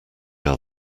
are